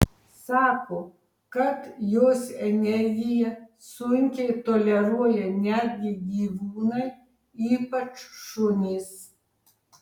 sako kad jos energiją sunkiai toleruoja netgi gyvūnai ypač šunys